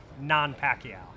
non-Pacquiao